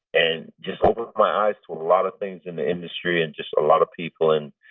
and just opened my eyes to a lot of things in the industry and just a lot of people and,